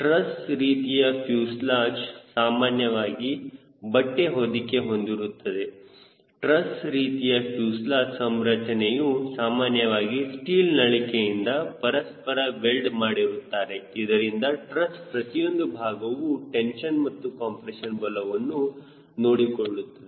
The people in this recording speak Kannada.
ಟ್ರಸ್ ರೀತಿಯ ಫ್ಯೂಸೆಲಾಜ್ ಸಾಮಾನ್ಯವಾಗಿ ಬಟ್ಟೆ ಹೊದಿಕೆ ಹೊಂದಿರುತ್ತದೆ ಟ್ರಸ್ ರೀತಿಯ ಫ್ಯೂಸೆಲಾಜ್ ಸಂರಚನೆಯು ಸಾಮಾನ್ಯವಾಗಿ ಸ್ಟೀಲ್ ನಳಿಕೆಯಿಂದ ಪರಸ್ಪರ ವೆಲ್ಡ ಮಾಡಿರುತ್ತಾರೆ ಇದರಿಂದ ಟ್ರಸ್ ಪ್ರತಿಯೊಂದು ಭಾಗವು ಟೆನ್ಶನ್ ಮತ್ತು ಕಂಪ್ರೆಷನ್ ಬಲವನ್ನು ನೋಡಿಕೊಳ್ಳುತ್ತದೆ